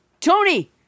Tony